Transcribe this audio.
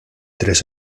tres